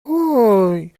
هووی